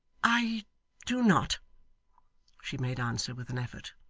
i do not she made answer with an effort.